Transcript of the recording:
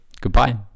goodbye